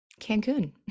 cancun